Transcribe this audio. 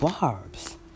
Barbs